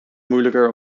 moeilijker